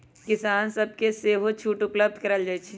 किसान सभके सेहो छुट उपलब्ध करायल जाइ छइ